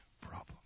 problem